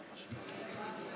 בג"ץ,